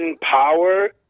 Power